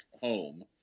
home